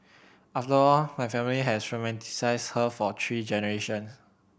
after all my family has romanticised her for three generations